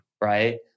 Right